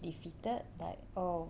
defeated but oh